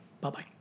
bye-bye